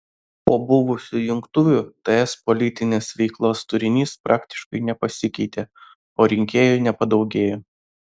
po buvusių jungtuvių ts politinės veiklos turinys praktiškai nepasikeitė o rinkėjų nepadaugėjo